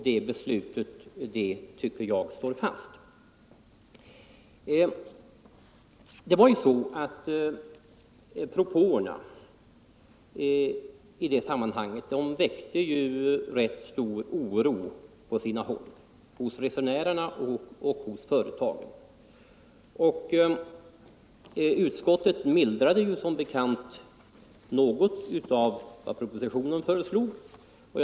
Det beslutet står fast. Propåerna i detta sammanhang väckte rätt stor oro på sina håll: hos resenärerna och hos företagen. Utskottet mildrade som bekant propositionens förslag något.